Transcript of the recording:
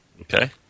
Okay